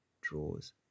draws